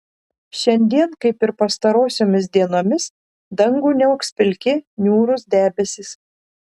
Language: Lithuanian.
šiandien kaip ir pastarosiomis dienomis dangų niauks pilki niūrūs debesys